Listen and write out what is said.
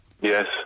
Yes